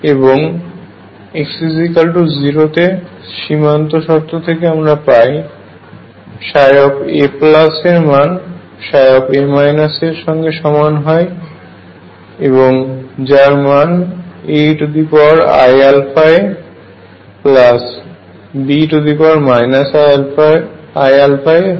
এবং xa তে সীমান্ত শর্ত থেকে আমরা পাই ψa এর মান ψ এর সঙ্গে সমান হয় এবং যার মান AeiαaBe iαa হয়